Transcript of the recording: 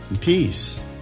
peace